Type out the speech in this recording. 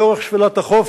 לאורך שפלת החוף,